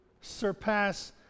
surpass